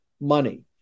money